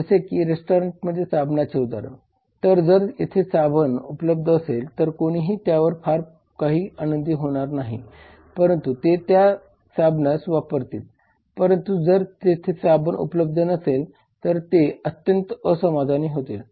जसे की रेस्टॉरंटमध्ये साबणाचे उदाहरण तर जर तेथे साबण उपलब्ध असेल तर कोणीही त्यावर फार काही आनंदित होणार नाही परंतु ते ते त्या साबणास वापरतील परंतु जर तेथे साबण उपलब्ध नसेल तर ते अत्यंत असमाधानी होतील